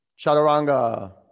chaturanga